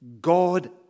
God